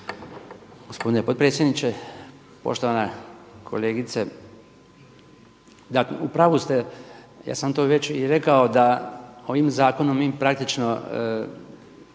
gospodine potpredsjedniče, poštovana kolegice u pravu ste, ja sam to već i rekao da ovim zakonom mi praktično potičemo,